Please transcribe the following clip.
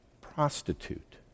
prostitute